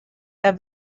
have